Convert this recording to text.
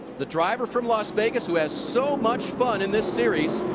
the driver from las vegas who has so much fun in this series,